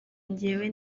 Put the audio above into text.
njyewe